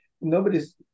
Nobody's